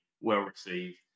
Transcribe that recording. well-received